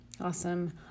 Awesome